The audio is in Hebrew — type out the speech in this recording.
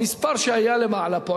המספר שהיה למעלה פה,